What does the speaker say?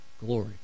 glory